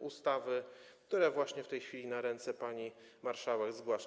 ustawy, które właśnie w tej chwili na ręce pani marszałek składam.